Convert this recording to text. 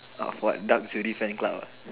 of what duck jury fan club ah